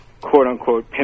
quote-unquote